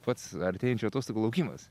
pats artėjančių atostogų laukimas